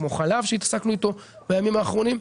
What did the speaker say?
כמו חלב שהתעסקנו איתו בימים האחרונים.